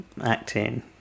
acting